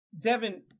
Devin